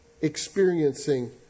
experiencing